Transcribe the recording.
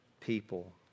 people